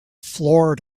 floor